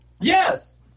Yes